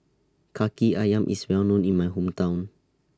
Kaki Ayam IS Well known in My Hometown